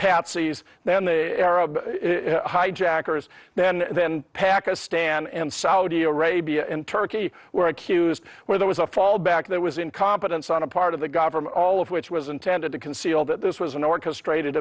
patsies then the arab hijackers then then pakistan and saudi arabia and turkey were accused where there was a fallback there was incompetence on a part of the government all of which was intended to conceal that this was an orchestrated